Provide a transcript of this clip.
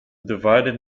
divided